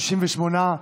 68,